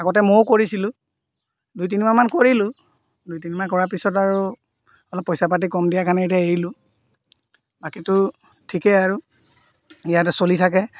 আগতে ময়ো কৰিছিলোঁ দুই তিনি মাহমান কৰিলোঁ দুই তিনি মাহ কৰাৰ পিছত আৰু অলপ পইচা পাতি কম দিয়াৰ কাৰণে এতিয়া এৰিলো বাকীতো ঠিকেই আৰু ইয়াতে চলি থাকে